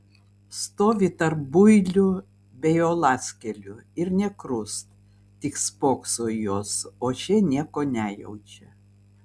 stovi tarp builių bei uolaskėlių ir nė krust tik spokso į juos o šie nieko nejaučia